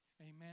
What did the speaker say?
Amen